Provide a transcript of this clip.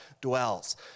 dwells